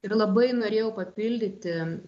ir labai norėjau papildyti